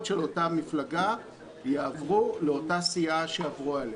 של אותה מפלגה יעברו לאותה סיעה שעברו אליה.